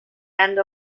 end